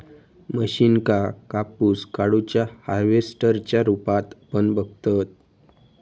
मशीनका कापूस काढुच्या हार्वेस्टर च्या रुपात पण बघतत